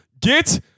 Get